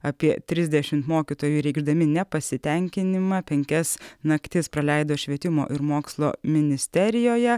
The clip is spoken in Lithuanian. apie trisdešimt mokytojų reikšdami nepasitenkinimą penkias naktis praleido švietimo ir mokslo ministerijoje